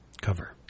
cover